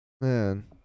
Man